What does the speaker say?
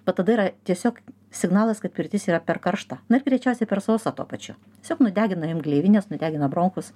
va tada yra tiesiog signalas kad pirtis yra per karšta na ir greičiausiai per sausa tuo pačiu tiesiog nudegina jum gleivines nudegina bronchus